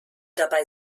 dabei